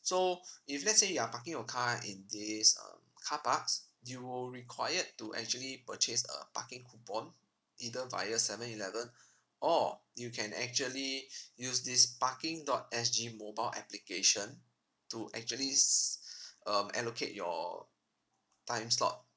so if let's say you're parking your car in these um car parks you will required to actually purchase a parking coupon either via seven eleven or you can actually use this parking dot S G mobile application to actually s~ um allocate your time slot